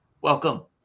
welcome